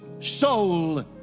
soul